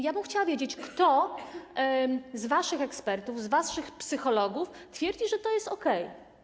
Ja bym chciała wiedzieć, kto z waszych ekspertów, z waszych psychologów twierdzi, że to jest okej.